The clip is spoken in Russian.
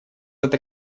эта